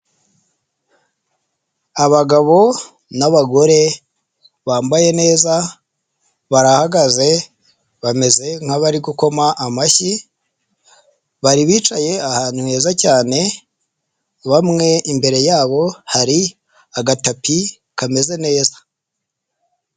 Abagabo n'abagore bambaye neza barahagaze bameze nk'abari gukoma amashyi, bari bicaye ahantu heza cyane bamwe imbere yabo hari agatapi kameze neza.